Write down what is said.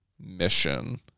mission